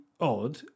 odd